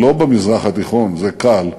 לא במזרח התיכון, זה קל,